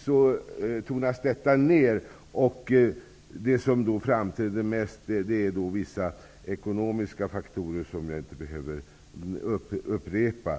skall kunna ske tonas dessa faktorer ändå ner. Det som där framträder mest är vissa ekonomiska faktorer, som jag inte nu behöver upprepa.